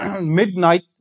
midnight